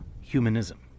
humanism